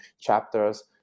chapters